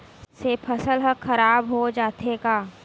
से फसल ह खराब हो जाथे का?